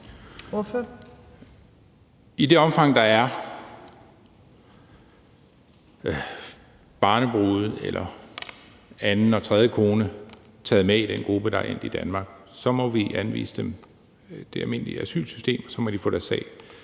I det omfang, der er taget barnebrude eller anden og tredje kone med i den gruppe, der er endt i Danmark, må vi anvise dem i det almindelige asylsystem, og så må de få deres sag